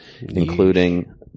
Including